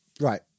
right